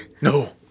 No